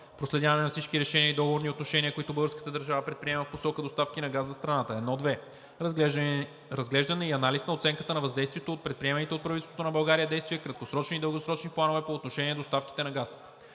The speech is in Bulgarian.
Проследяване на всички решения и договорни отношения, които българската държава предприема в посока доставки на газ за страната. 1.2. Разглеждане и анализ на оценката на въздействието от предприеманите от правителството на България действия, краткосрочни и дългосрочни планове по отношение доставките на газ.